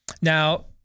Now